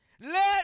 Let